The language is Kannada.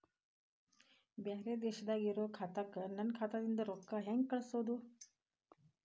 ಬ್ಯಾರೆ ದೇಶದಾಗ ಇರೋ ಖಾತಾಕ್ಕ ನನ್ನ ಖಾತಾದಿಂದ ರೊಕ್ಕ ಹೆಂಗ್ ಕಳಸೋದು?